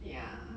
ya